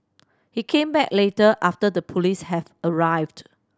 he came back later after the police had arrived